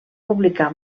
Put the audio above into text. publicar